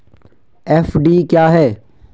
FD क्या है?